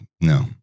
No